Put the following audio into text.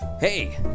Hey